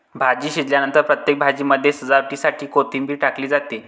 भाजी शिजल्यानंतर प्रत्येक भाजीमध्ये सजावटीसाठी कोथिंबीर टाकली जाते